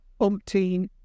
umpteen